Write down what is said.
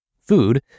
food